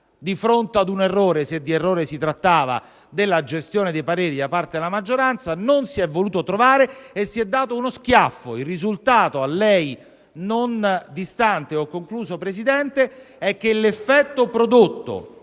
di fronte ad un errore, se di errore si trattava, nella gestione dei pareri da parte della maggioranza. Non si è voluto trovare e si è dato uno schiaffo. Il risultato, a lei non distante - e ho concluso, signor Presidente - è che l'effetto prodotto,